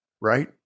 right